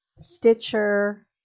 stitcher